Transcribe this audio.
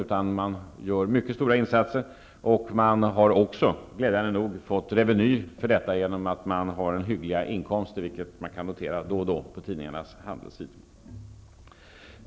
Svensk läkemedelsindustri gör mycket stora insatser, och man har också, glädjande nog, fått reveny för detta genom att man har hyggliga inkomster, vilket då och då kan noteras på tidningarnas handelssidor.